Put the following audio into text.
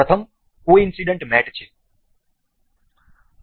આમાં પ્રથમ કોઇન્સડનટ મેટ છે